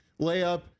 layup